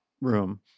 room